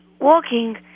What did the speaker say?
walking